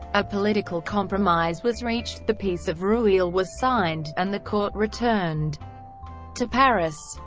a political compromise was reached the peace of rueil was signed, and the court returned to paris.